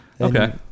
Okay